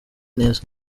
neza